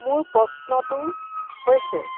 মোৰ প্ৰশ্নটো হৈছে